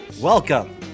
Welcome